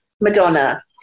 Madonna